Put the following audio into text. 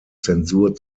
zensur